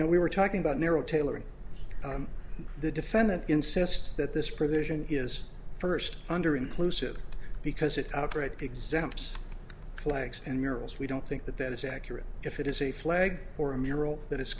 now we were talking about narrow tailoring the defendant insists that this provision is first under inclusive because it operate exempt flags and murals we don't think that that is accurate if it is a flag or a mural tha